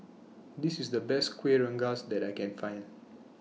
This IS The Best Kuih Rengas that I Can Find